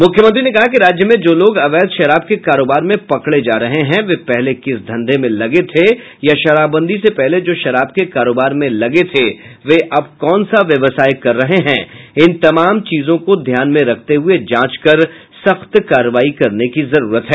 मुख्यमंत्री ने कहा कि राज्य में जो लोग अवैध शराब के कारोबार में पकड़े जा रहे हैं वे पहले किस धंधे में लगे थे या शराबबंदी से पहले जो शराब के कारोबार में लगे थे वे अब कौन सा व्यवसाय कर रहे हैं इन तमाम चीजों को ध्यान में रखते हुए जांच कर सख्त कार्रवाई करने की जरूरत है